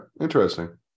interesting